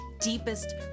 deepest